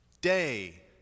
Day